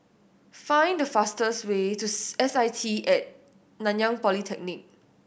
find the fastest way to S I T At Nanyang Polytechnic